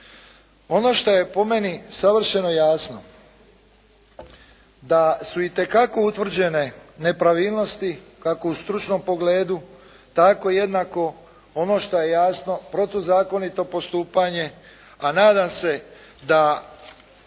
Ono što je po meni savršeno jasno da su itekako utvrđene nepravilnosti, kako u stručnom pogledu, tako jednako ono što je jasno protuzakonito postupanje, a nadam se da